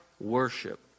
worship